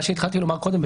מה שהתחלתי לומר קודם,